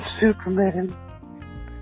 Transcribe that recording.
Superman